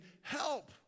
help